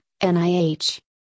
NIH